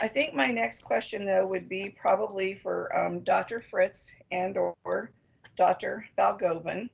i think my next question though, would be probably for dr. fritz and or or dr. balgobin